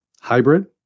Hybrid